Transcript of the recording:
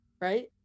Right